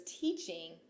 teaching